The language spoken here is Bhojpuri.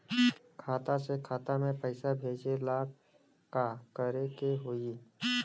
खाता से खाता मे पैसा भेजे ला का करे के होई?